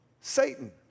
Satan